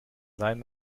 sein